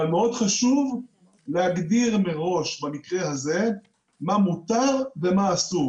אבל מאוד חשוב להגדיר מראש במקרה הזה מה מותר ומה אסור.